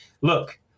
look